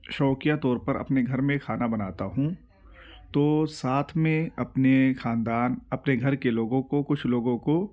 شوقیہ طور پر اپنے گھر میں خانا بناتا ہوں تو ساتھ میں اپنے خاندان اپنے گھر کے لوگوں کو کچھ لوگوں کو